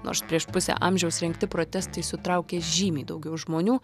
nors prieš pusę amžiaus rengti protestai sutraukė žymiai daugiau žmonių